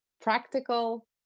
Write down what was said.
practical